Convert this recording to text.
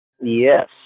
Yes